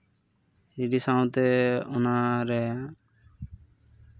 ready ᱥᱟᱶᱛᱮ ᱚᱱᱟᱨᱮ